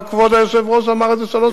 כבוד היושב-ראש אמר את זה שלוש פעמים.